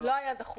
לא היה דחוף.